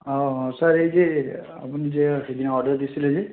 অঁ অঁ ছাৰ এই যে আপুনি যে সিদিনা অৰ্ডাৰ দিছিলে যে